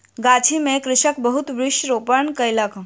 गाछी में कृषक बहुत वृक्ष रोपण कयलक